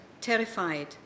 terrified